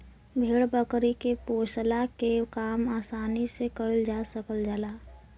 भेड़ बकरी के पोसला के काम आसानी से कईल जा सकल जाला